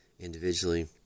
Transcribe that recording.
Individually